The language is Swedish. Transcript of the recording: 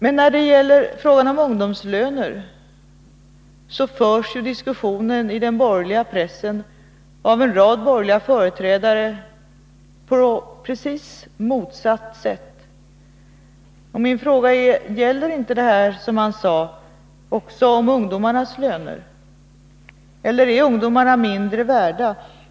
Men när det gäller frågan om ungdomslöner förs ju diskussionen i den borgerliga pressen av en rad borgerliga företrädare på precis motsatt sätt! Min fråga är: Gäller inte det som man sade i debatten om en statlig lönepolitik också om ungdomarnas löner? Är ungdomarna mindre värda?